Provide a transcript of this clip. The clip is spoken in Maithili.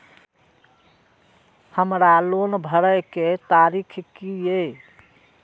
हमर लोन भरय के तारीख की ये?